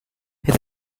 his